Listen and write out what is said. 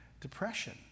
depression